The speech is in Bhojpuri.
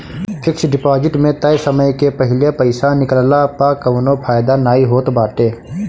फिक्स डिपाजिट में तय समय के पहिले पईसा निकलला पअ कवनो फायदा नाइ होत बाटे